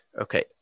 Okay